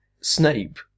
Snape